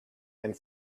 and